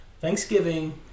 Thanksgiving